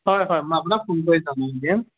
হয় হয় মই আপোনাক ফোন কৰি জনাম দিয়ক